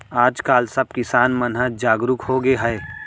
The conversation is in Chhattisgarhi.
आज काल सब किसान मन ह जागरूक हो गए हे